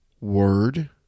word